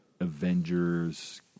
Avengers